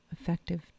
effective